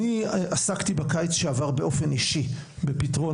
אני עסקתי בקיץ שעבר באופן אישי בפתרון